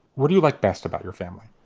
what do you like best about your family?